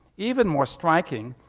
even more striking,